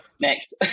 next